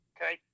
Okay